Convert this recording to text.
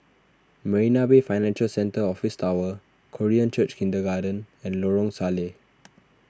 Marina Bay Financial Centre Office Tower Korean Church Kindergarten and Lorong Salleh